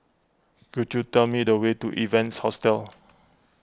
could you tell me the way to Evans Hostel